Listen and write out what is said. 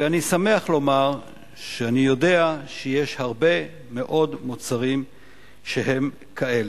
ואני שמח לומר שאני יודע שיש הרבה מאוד מוצרים שהם כאלה.